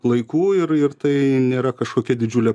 laikų ir ir tai nėra kažkokia didžiulė